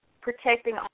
protecting